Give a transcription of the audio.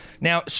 Now